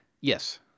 yes